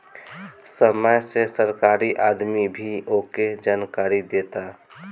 समय से सरकारी आदमी भी आके जानकारी देता